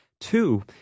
Two